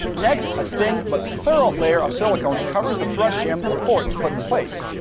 next a thin but thorough layer of silicone covers the thrust shim before it's put in place.